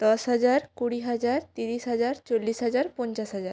দশ হাজার কুড়ি হাজার তিরিশ হাজার চল্লিশ হাজার পঞ্চাশ হাজার